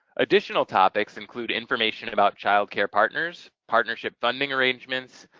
additional topics include information about child care partners, partnership funding arrangements,